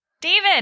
David